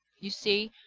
you see,